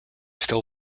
still